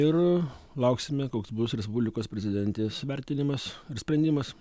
ir lauksime koks bus respublikos prezidentės vertinimas ir sprendimas